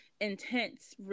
intense